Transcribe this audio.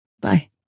bye